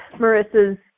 Marissa's